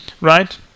right